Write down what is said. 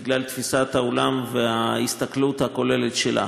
בגלל תפיסת העולם וההסתכלות הכוללת שלה.